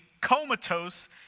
comatose